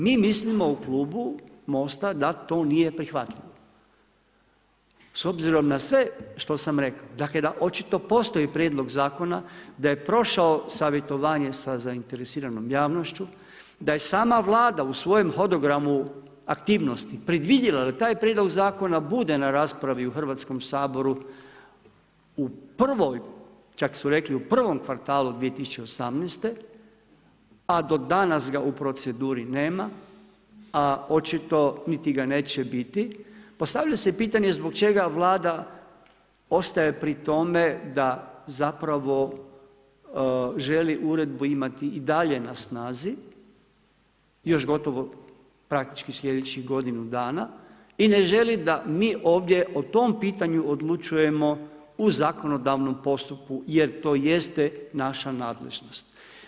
Mi mislimo u klubu MOST-a da to nije prihvatljivo s obzirom na sve što sam rekao, dakle da očito postoji prijedlog zakona, da je prošao savjetovanje sa zainteresiranom javnošću, da je sama Vlada u svojem hodogramu aktivnosti predvidjela da taj prijedlog zakona bude na raspravi u Hrvatskom saboru u prvoj, čak su rekli u prvom kvartalu 2018., a do danas ga u proceduri nema, a očito niti ga neće biti, postavlja se pitanje zbog čega Vlada ostaje pri tome da zapravo želi uredbu imati i dalje na snazi, još gotovo praktički slijedećih godinu dana i ne želi da mi ovdje o tom pitanju odlučujemo u zakonodavnom postupku jer to jeste naša nadležnost.